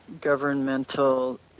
governmental